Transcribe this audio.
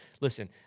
Listen